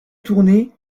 tournée